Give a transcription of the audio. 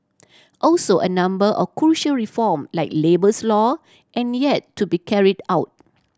also a number of crucial reform like labours law and yet to be carried out